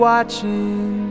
Watching